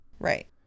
Right